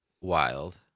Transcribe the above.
Wild